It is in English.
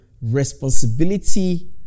responsibility